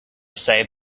save